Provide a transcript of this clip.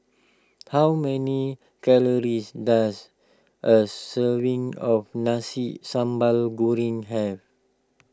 how many calories does a serving of Nasi Sambal Goreng have